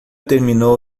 terminou